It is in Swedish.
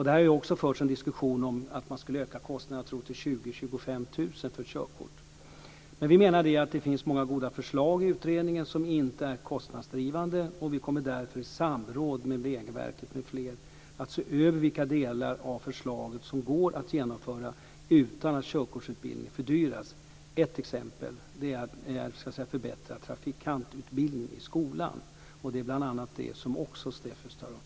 Det har också förts en diskussion om att man skulle öka kostnaderna för körkort till jag tror det var 20 000-25 000 kr. Men vi menar att det finns många goda förslag i utredningen som inte är kostnadsdrivande och vi kommer därför i samråd med Vägverket m.fl. att se över vilka delar av förslaget som går att genomföra utan att körkortsutbildningen fördyras. Ett exempel är förbättrad trafikantutbildning i skolan. Det är bl.a. det som STEFUS tar upp.